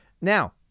Now